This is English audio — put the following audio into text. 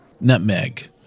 Nutmeg